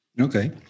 Okay